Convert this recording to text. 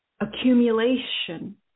accumulation